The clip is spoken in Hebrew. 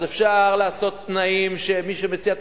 ואז אפשר לעשות תנאים שמי שמציע את